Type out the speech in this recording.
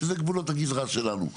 שאלה גבולות הגזרה שלנו,